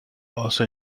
also